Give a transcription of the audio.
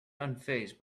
unfazed